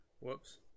Whoops